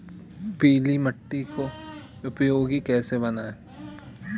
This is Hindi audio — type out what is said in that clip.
पीली मिट्टी को उपयोगी कैसे बनाएँ?